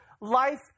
life